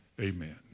amen